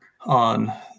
on